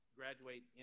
graduate